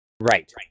Right